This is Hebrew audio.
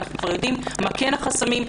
מה כן החסמים.